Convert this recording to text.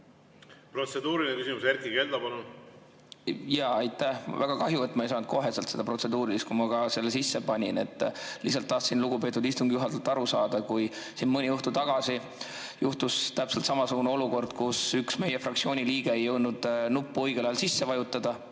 Protseduuriline küsimus, Erkki Keldo, palun! Aitäh! Mul on väga kahju, et ma ei saanud kohe seda protseduurilist, kui ma selle sisse panin. Lihtsalt tahtsin lugupeetud istungi juhatajalt [küsida]. Siin mõni õhtu tagasi juhtus täpselt samasugune olukord, kus üks meie fraktsiooni liige ei jõudnud nuppu õigel ajal sisse vajutada.